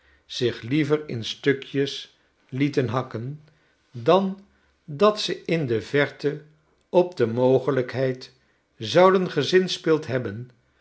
zich liever in stukjes lieten hakken dan dat ze in de verte op de mogelijkheid zouden gezinspeeld hebben